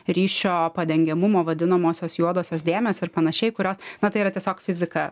ryšio padengiamumą vadinamosios juodosios dėmės ir panašiai kurios na tai yra tiesiog fizika